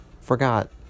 Forgot